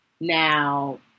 Now